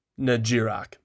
Najirak